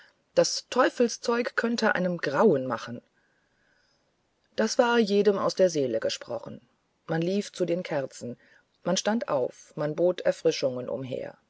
das teufelszeug könnte einem grauen machen das war jedem aus der seele gesprochen man lief zu den kerzen man stand auf man bot erfrischungen umher